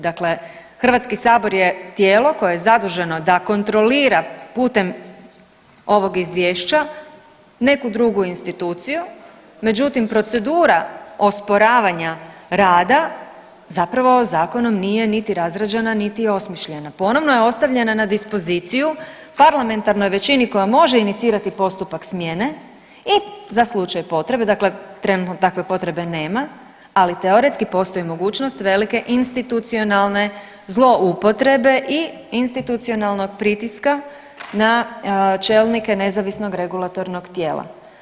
Dakle HS je tijelo koje je zaduženo da kontrolira putem ovog Izvješća neku drugu instituciju, međutim, procedura osporavanja rada zapravo zakonom nije niti razrađena niti osmišljena, ponovo je ostavljena na dispoziciju parlamentarnoj većini koja može inicirati postupak smjene i za slučaj potrebe, dakle trenutno takve potrebe nema, ali teoretski postoji mogućnost velike institucionalne zloupotrebe i institucionalnog pritiska na čelnike nezavisnog regulatornog tijela.